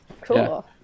Cool